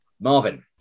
Marvin